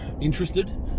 interested